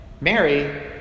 Mary